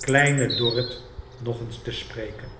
kleine dorrit nog eens te spreken